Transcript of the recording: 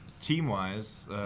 team-wise